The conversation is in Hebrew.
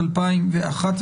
התשפ"ב-2011.